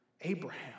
Abraham